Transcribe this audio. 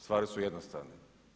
Stvari su jednostavne.